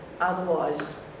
otherwise